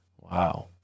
Wow